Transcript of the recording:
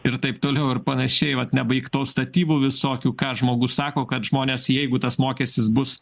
ir taip toliau ir panašiai vat nebaigtų statybų visokių ką žmogus sako kad žmonės jeigu tas mokestis bus